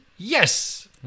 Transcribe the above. Yes